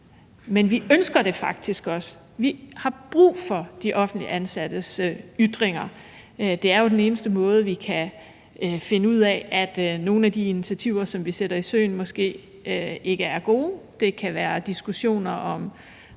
også ønsker det, at vi har brug for de offentligt ansattes ytringer? Det er jo den eneste måde, vi kan finde ud af, at nogle af de initiativer, som vi sætter i søen, måske ikke er gode. Det kan være diskussioner om